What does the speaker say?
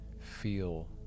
feel